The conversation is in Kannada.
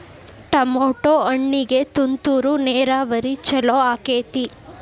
ಟಮಾಟೋ ಹಣ್ಣಿಗೆ ತುಂತುರು ನೇರಾವರಿ ಛಲೋ ಆಕ್ಕೆತಿ?